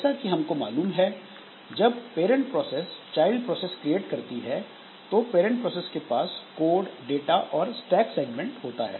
जैसा कि हमको मालूम है जब parent process child process create करती है तो पेरेंट प्रोसेस के पास कोड डाटा और स्टैक सेगमेंट होता है